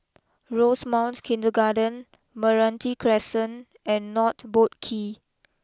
Rosemount Kindergarten Meranti Crescent and North Boat Quay